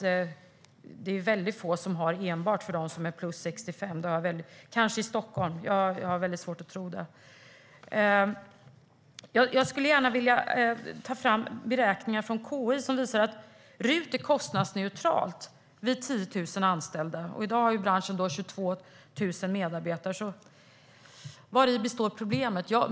Det är väldigt få som enbart har 65-plus - kanske i Stockholm - men jag har väldigt svårt att tro det. Jag skulle gärna vilja ta fram beräkningar från KI som visar att RUT är kostnadsneutralt vid 10 000 anställda. I dag har branschen 22 000 medarbetare, så vari består problemet?